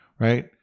right